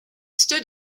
stood